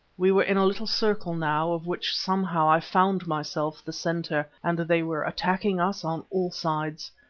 we were in a little circle now of which somehow i found myself the centre, and they were attacking us on all sides.